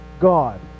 God